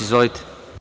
Izvolite.